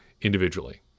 individually